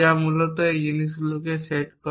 যা মূলত এই জিনিসগুলিকে সেট করে